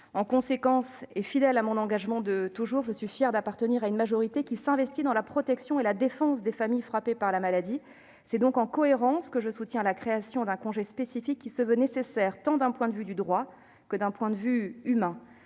inévitablement. Fidèle à mon engagement de toujours, je suis fière d'appartenir à une majorité qui s'investit dans la protection et la défense des familles frappées par la maladie. C'est donc en cohérence que je soutiens la création d'un congé spécifique, qui est nécessaire tant du point de vue du droit que du point de vue humain.